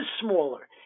smaller